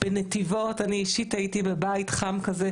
בנתיבות אני אישית הייתי בבית חם כזה,